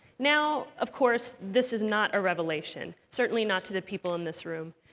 now of course, this is not a revelation certainly not to the people in this room.